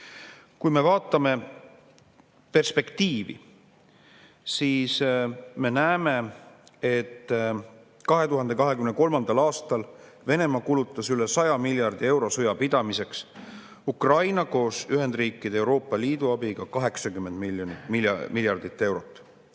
Kui me vaatame perspektiivi, siis me näeme, et 2023. aastal kulutas Venemaa üle 100 miljardi euro sõja pidamiseks, Ukraina koos Ühendriikide ja Euroopa Liidu abiga 80 miljardit eurot.